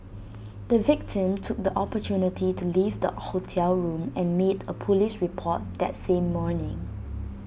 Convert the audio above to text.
the victim took the opportunity to leave the hotel room and made A Police report that same morning